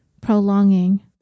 prolonging